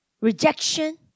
rejection